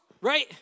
right